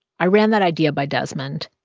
i ran that idea by desmond.